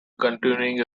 continuing